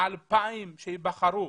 ה-2,000 שייבחרו